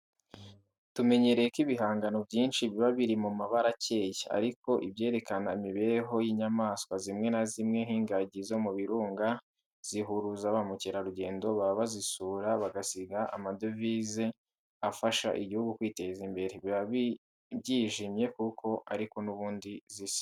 Tumenyereye ko ibihangano byinshi biba biri mu mabara acyeye, ariko ibyerekana imibereho y'inyamaswa zimwe na zimwe, nk'ingagi zo mu birunga zihuruza ba mukerarugendo baza kuzisura bagasiga amadovize, afasha igihugu kwiteza imbere, biba byijimye kuko ariko n'ubundi zisa.